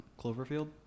cloverfield